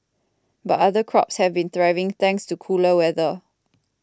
but other crops have been thriving thanks to cooler weather